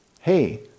Hey